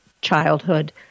childhood